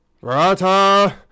Rata